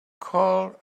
carl